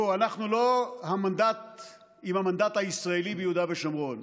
אנחנו לא עם המנדט הישראלי ביהודה ושומרון,